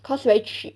cause very cheap